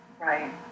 Right